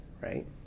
right